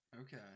Okay